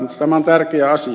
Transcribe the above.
tämä on tärkeä asia